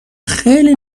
خیلی